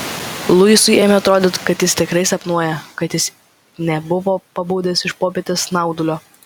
luisui ėmė atrodyti kad jis tikrai sapnuoja kad jis nė nebuvo pabudęs iš popietės snaudulio